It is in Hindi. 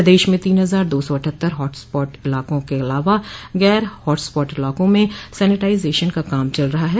प्रदेश में तीन हजार दो सौ अठहत्तर हॉटस्पॉट इलाकों के अलावा गैर हॉटस्पॉट इलाकों में सैनिटाइजेशन का काम चल रहा है